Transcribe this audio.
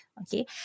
Okay